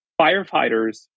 firefighters